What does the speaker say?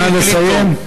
נא לסיים.